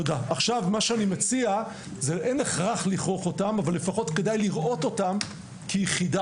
אין הכרח לכרוך אותם אבל לפחות כדאי לראות אותם כיחידה.